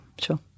sure